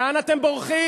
לאן אתם בורחים?